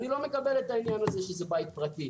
אני לא מקבל את העניין הזה שזה בית פרטי.